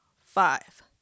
five